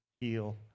heal